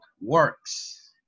works